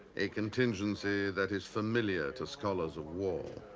a contingency that is familiar to scholars of war.